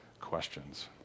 questions